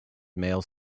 male